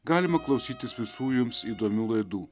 galima klausytis visų jums įdomių laidų